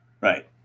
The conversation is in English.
right